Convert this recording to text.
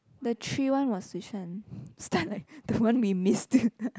the tree one was which one stun like the one we missed it